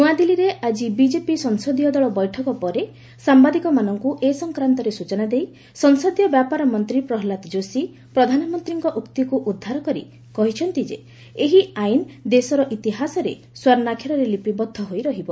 ନ୍ନଆଦିଲ୍ଲୀରେ ଆଜି ବିଜେପି ସଂସଦୀୟ ଦଳ ବୈଠକ ପରେ ସାମ୍ବାଦିକମାନଙ୍କୁ ଏ ସଂକ୍ରାନ୍ତରେ ସୂଚନା ଦେଇ ସଂସଦୀୟ ବ୍ୟାପାର ମନ୍ତ୍ରୀ ପ୍ରହ୍ଲାଦ ଯୋଶୀ ପ୍ରଧାନମନ୍ତ୍ରୀଙ୍କ ଉକ୍ତିକୁ ଉଦ୍ଧାର କରି କହିଛନ୍ତି ଏହି ଆଇନ ଦେଶର ଇତିହାସରେ ସ୍ପର୍ଣ୍ଣାକ୍ଷରରେ ଲିପିବଦ୍ଧ ହୋଇ ରହିବ